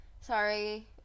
Sorry